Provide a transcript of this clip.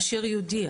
אשר יודיע,